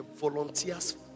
volunteers